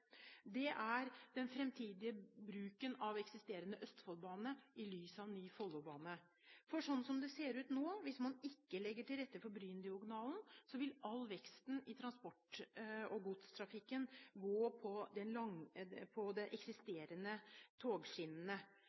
hjertet, er den fremtidige bruken av den eksisterende Østfoldbanen i lys av ny Follobane. Slik det ser ut nå, hvis man ikke legger til rette for Bryndiagonalen, vil all veksten i transport- og godstrafikken gå på de eksisterende togskinnene.